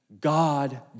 god